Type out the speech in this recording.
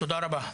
תודה רבה.